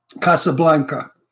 Casablanca